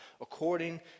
according